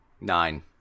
nine